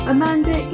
Amanda